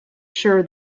sure